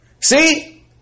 See